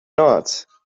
not